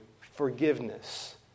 forgiveness